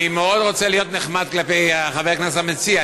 אני מאוד רוצה להיות נחמד כלפי חבר הכנסת המציע,